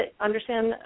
understand